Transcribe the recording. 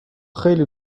خیلی